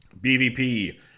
BVP